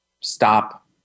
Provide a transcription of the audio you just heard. stop